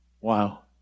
wow